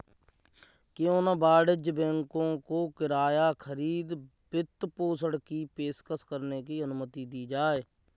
क्यों न वाणिज्यिक बैंकों को किराया खरीद वित्तपोषण की पेशकश करने की अनुमति दी जाए